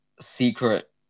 secret